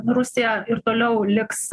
rusija ir toliau liks